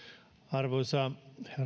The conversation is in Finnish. arvoisa herra